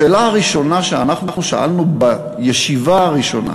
השאלה הראשונה שאנחנו שאלנו בישיבה הראשונה